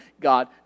God